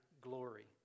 glory